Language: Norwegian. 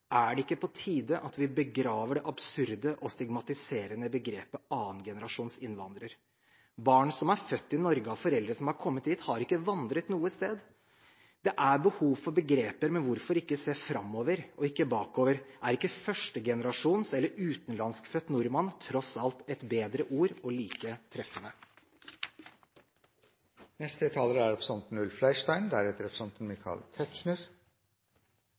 Er det ikke på tide at vi begraver det absurde og stigmatiserende begrepet «annengenerasjons innvandrer»? Barn som er født i Norge av foreldre som har kommet hit, har ikke vandret noe sted. Det er behov for begreper – men hvorfor ikke se framover, og ikke bakover? Er ikke «førstegenerasjons» eller «utenlandskfødt» nordmann tross alt et bedre ord, og like treffende? Det er